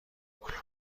کلوپ